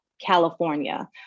California